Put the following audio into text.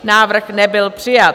Návrh nebyl přijat.